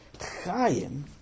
Chaim